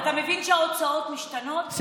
אתה מבין שההוצאות משתנות, הן לא אותו דבר?